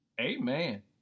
Amen